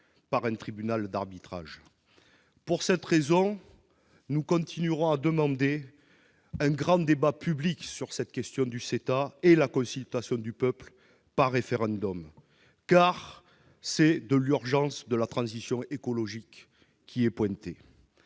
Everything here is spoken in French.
par un tribunal d'arbitrage. Pour cette raison, nous continuerons à demander un grand débat public sur la question du CETA et la consultation du peuple par référendum, car c'est de l'urgence de la transition écologique qu'il s'agit.